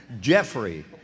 Jeffrey